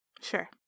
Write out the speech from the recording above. Sure